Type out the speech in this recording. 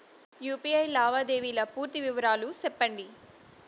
UPI లావాదేవీల పూర్తి వివరాలు సెప్పండి?